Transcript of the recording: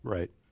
Right